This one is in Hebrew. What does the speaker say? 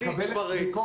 אני מקבל את הביקורת,